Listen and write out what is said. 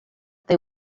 they